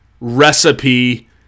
recipe